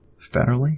federally